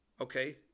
Okay